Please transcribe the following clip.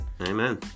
amen